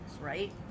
Right